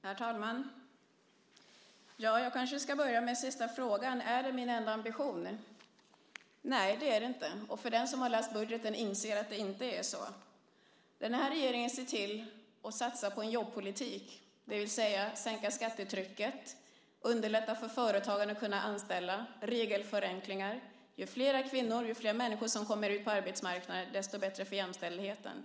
Herr talman! Jag kanske ska börja med den sista frågan. Är det min enda ambition? Nej, det är det inte. Den som har läst budgeten inser att det inte är så. Den här regeringen ser till att satsa på en jobbpolitik, det vill säga på att sänka skattetrycket, på att underlätta för företagen att kunna anställa och på regelförenklingar. Ju flera kvinnor och ju flera människor som kommer ut på arbetsmarknaden desto bättre är det för jämställdheten.